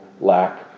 lack